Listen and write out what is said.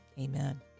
Amen